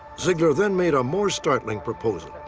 zeigler then made a more startling proposal,